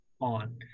on